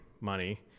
money